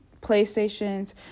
playstations